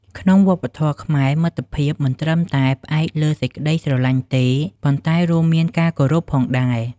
ក្នុងវប្បធម៌ខ្មែរ មិត្តភាពមិនត្រឹមតែផ្អែកលើសេចក្ដីស្រឡាញ់ទេ ប៉ុន្តែរួមមានការគោរពផងដែរ។